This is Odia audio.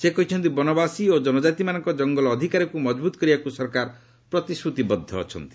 ସେ କହିଛନ୍ତି ବନବାସୀ ଓ ଜନକାତିମାନଙ୍କ କଙ୍ଗଲ ଅଧିକାରକୁ ମଜବୁତ୍ କରିବାକୁ ସରକାର ପ୍ରତିଶ୍ରତିବଦ୍ଧ ଅଛନ୍ତି